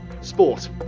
sport